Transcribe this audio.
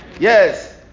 Yes